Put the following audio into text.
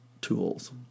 tools